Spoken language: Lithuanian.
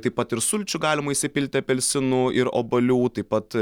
taip pat ir sulčių galima įsipilti apelsinų ir obuolių taip pat